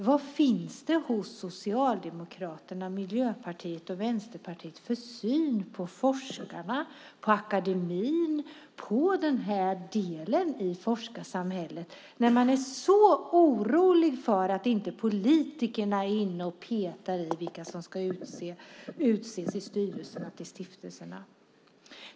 Vad finns det för syn hos Socialdemokraterna, Miljöpartiet och Vänsterpartiet på forskarna, på akademin och på denna del av forskarsamhället när de är så oroliga för att politikerna inte är inne och petar i vilka som ska utses till styrelserna i stiftelserna?